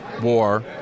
war